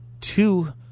two